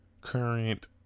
current